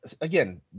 again